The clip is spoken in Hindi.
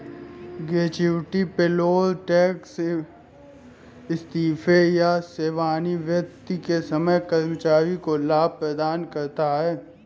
ग्रेच्युटी पेरोल टैक्स इस्तीफे या सेवानिवृत्ति के समय कर्मचारी को लाभ प्रदान करता है